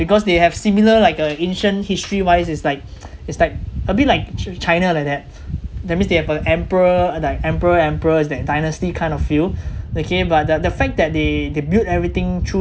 because they have similar like uh ancient history wise is like is like a bit like ch~ china like that that means they have a emperor like emperor empress that dynasty kind of feel okay but the the fact that they they built everything through